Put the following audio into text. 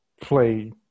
play –